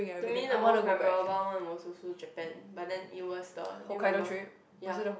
to me the most memorable one was also Japan but then it was the do you remember ya